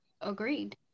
Agreed